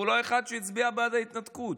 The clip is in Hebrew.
הוא לא היחיד שהצביע בעד ההתנתקות.